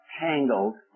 tangled